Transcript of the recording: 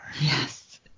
yes